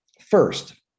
first